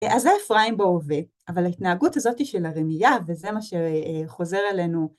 אז זה אפרים בהווה, אבל ההתנהגות הזאת היא של הרמיה, וזה מה שחוזר אלינו.